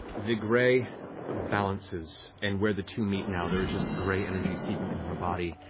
the grey balances, and where the two meet now, there is just grey energy seeping into her body.